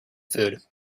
food